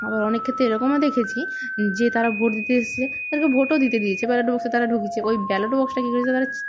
আবার অনেক ক্ষেত্রে এরকমও দেখেছি যে তারা ভোট দিতে এসেছে তাদেরকে ভোটও দিতে দিয়েছে ব্যালট বক্সে তারা ঢুকিয়েছে ওই ব্যালট বক্সটা কী করেছে তারা ছি